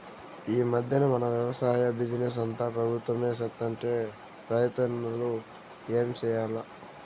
ఈ మధ్దెన మన వెవసాయ బిజినెస్ అంతా పెబుత్వమే సేత్తంటే రైతన్నలు ఏం చేయాల్ల